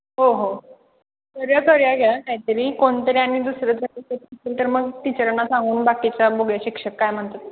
हो हो करूया करूया घ्या कायतरी कोणतरी आणि दुसरं तरी असंल तर मग टिचरांना सांगून बाकीच्या बघूया शिक्षक काय म्हणतात